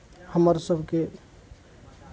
हमर सभके